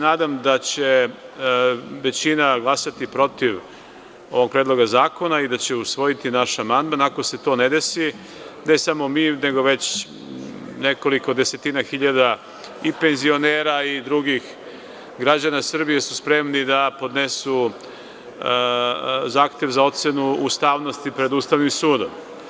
Nadam se da će većina glasati protiv ovog predloga zakona i da će usvojiti naš amandman, a ako se to ne desi, ne samo mi, nego već nekoliko desetina hiljada i penzionera i drugih građana Srbije su spremni da podnesu zahtev za ocenu ustavnosti pred Ustavnim sudom.